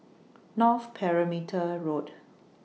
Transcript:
North Perimeter Road